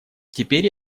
теперь